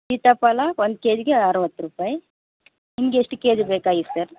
ಸೀತಾಫಲ ಒಂದು ಕೆ ಜಿಗೆ ಅರ್ವತ್ತು ರೂಪಾಯಿ ನಿಮ್ಗೆ ಎಷ್ಟು ಕೆಜಿ ಬೇಕಾಗಿತ್ತು ಸರ್